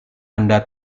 anda